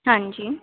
ਹਾਂਜੀ